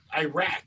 iraq